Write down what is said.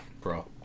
Bro